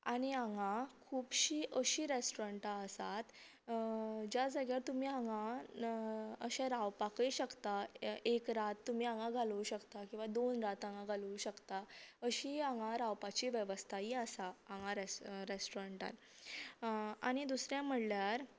आनी हांगा खुबशीं अशीं रेस्टोरंटां आसात ज्या जाग्यार तुमी हांगा अशे रावपाकय शकतात एक रात तुमी हांगा घालोवं शकता किंवा दोन रात हांगा घालोवं शकता अशी हांगा रावपाची वेवस्थायी आसा हांगा रेस्ट्रो रेस्ट्रोरंटान